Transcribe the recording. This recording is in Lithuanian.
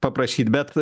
paprašyt bet